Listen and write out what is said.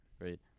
right